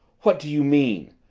what do you mean?